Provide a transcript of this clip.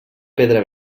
pedra